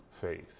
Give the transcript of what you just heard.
faith